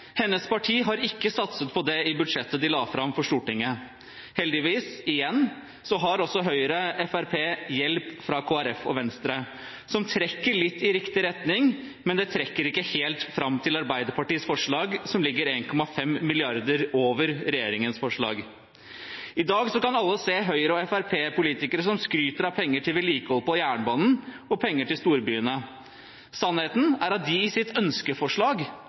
Hennes parti har ikke satset på det i budsjettet de la fram for Stortinget. Heldigvis – igjen – har også Høyre og Fremskrittspartiet hjelp fra Kristelig Folkeparti og Venstre, som trekker litt i riktig retning, men ikke helt fram til Arbeiderpartiets forslag, som ligger 1,5 mrd. kr over regjeringens forslag. I dag kan alle se Høyre- og Fremskrittsparti-politikere som skryter av penger til vedlikehold på jernbanen og penger til storbyene. Sannheten er at de i sitt